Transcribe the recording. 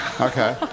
Okay